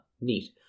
Neat